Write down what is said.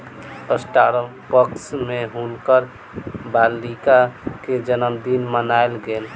Starbucks में हुनकर बालिका के जनमदिन मनायल गेल